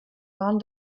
waren